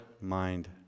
mind